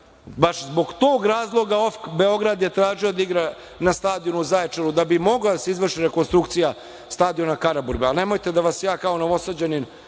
Baš zbog tog razloga OFK Beograd je tražio da igra na stadionu u Zaječaru, da bi mogla da se izvrši rekonstrukcija stadiona na Karaburmi. Nemojte da vas ja kao Novosađanin